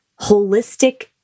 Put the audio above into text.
holistic